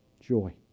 joy